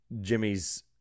Jimmy's